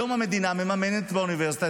גם בחברה הערבית וגם בחברה הדרוזית,